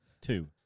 Two